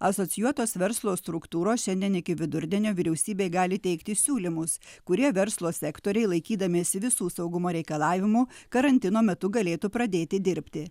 asocijuotos verslo struktūros šiandien iki vidurdienio vyriausybei gali teikti siūlymus kurie verslo sektoriai laikydamiesi visų saugumo reikalavimų karantino metu galėtų pradėti dirbti